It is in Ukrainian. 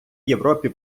європі